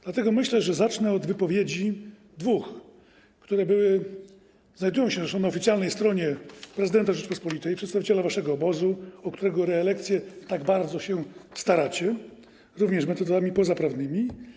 Dlatego myślę, że zacznę od dwóch wypowiedzi, które były, zresztą znajdują się na oficjalnej stronie prezydenta Rzeczypospolitej, przedstawiciela waszego obozu, o którego reelekcję tak bardzo się staracie, również metodami pozaprawnymi.